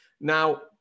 Now